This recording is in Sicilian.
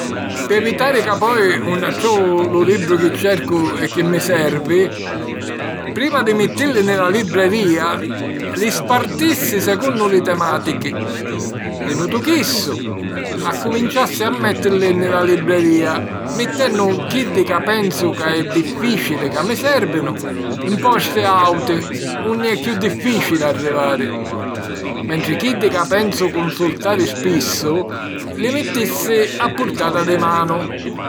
Pi evitari ca poi 'un attrovu lu libru chi cercu e chi mi servi, prima di mittilli nni la librerìa, li spartissi secunnu li temàtichi. Finutu chissu, accuminciassi a mèttilli nni la librerìa, mittennu chiddi ca pensu ca è diffìcili ca mi sèrvinu, 'n posti àuti unni è chiù diffìcili arrivari. Mentri chiddi ca pensu cunsultari spissu, li mittissi a purtata di manu.